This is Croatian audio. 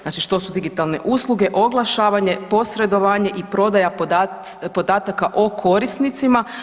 Znači što su digitalne usluge, oglašavanje, posredovanje i prodaja podataka o korisnicima.